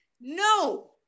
No